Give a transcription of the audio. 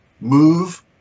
move